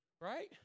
Right